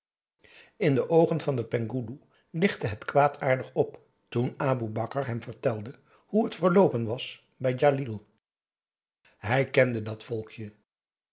in de oogen van den penghoeloe lichtte het kwaadaardig op toen aboe bakar hem vertelde hoe het verloopen was bij djalil hij kende dat volkje